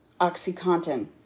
OxyContin